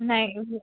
नाही